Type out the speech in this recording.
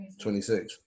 26